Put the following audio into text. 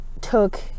took